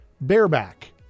Bareback